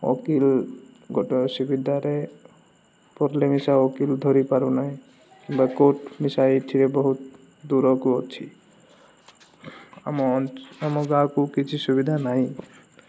ଓକିଲ୍ ଗୋଟେ ସୁବିଧାରେ ପଲି ମିିଶା ଓକିଲ୍ ଧରିପାରୁନାହିଁ କିମ୍ବା କୋର୍ଟ ମିଶା ଏଇଥିରେ ବହୁତ ଦୂରକୁ ଅଛି ଆମ ଆମ ଅଞ୍ଚ୍ ଗାଁକୁ କିଛି ସୁବିଧା ନାଇଁ